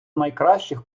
найкращих